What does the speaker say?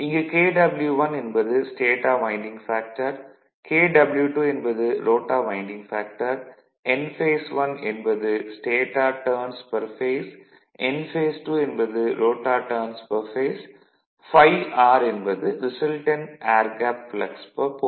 இங்கு Kw1 என்பது stator winding factor Kw2 என்பது ரோட்டார் வைண்டிங் ஃபேக்டர் Nph1 என்பது stator turns per phase Nph2 என்பது rotor turns per phase ∅r என்பது resultant air gap flux per போல்